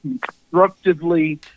constructively